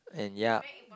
and ya